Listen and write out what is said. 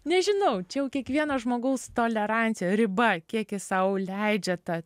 nežinau čia jau kiekvieno žmogaus tolerancija riba kiek jis sau leidžia ta